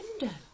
window